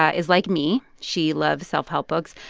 ah is like me. she loves self-help books.